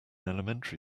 elementary